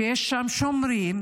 כשיש שם שומרים,